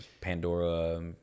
pandora